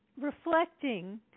reflecting